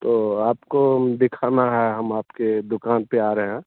तो आपको दिखाना है हम आपके दुकान पर आ रहे हैं